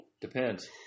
Depends